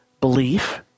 belief